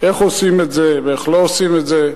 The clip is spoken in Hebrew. איך עושים את זה ואיך לא עושים את זה.